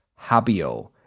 Habio